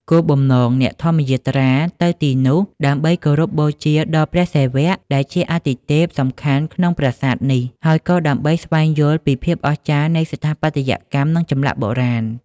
គោលបំណង អ្នកធម្មយាត្រាទៅទីនោះដើម្បីគោរពបូជាដល់ព្រះសិវៈ ដែលជាអាទិទេពសំខាន់ក្នុងប្រាសាទនេះ ហើយក៏ដើម្បីស្វែងយល់ពីភាពអស្ចារ្យនៃស្ថាបត្យកម្ម និងចម្លាក់បុរាណ។